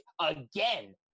again